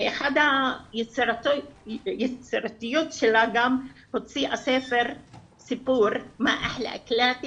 כחלק מהיצירתיות שלה היא גם הוציאה סיפור "כמה יפים הם מאכליי",